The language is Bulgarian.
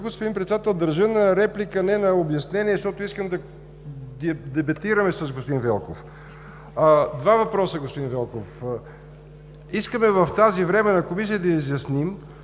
господин Председател. Държа на реплика, не на обяснение, защото искам да дебатираме с господин Велков. Два въпроса, господин Велков. Искаме в тази Временна комисия да изясним